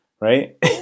right